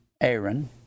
Aaron